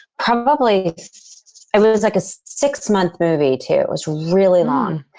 probably it was like a six month movie too. it was really long.